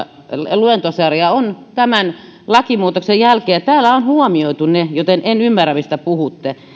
luentosarja oli tämän lakimuutoksen jälkeen ja täällä on huomioitu ne asiat joten en ymmärrä mistä puhutte